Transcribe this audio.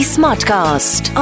Smartcast